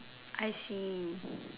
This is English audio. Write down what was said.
I see